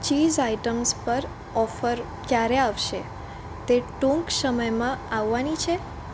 cheese items પર offer ક્યારે આવશે તે ટૂંક સમયમાં આવવાની છે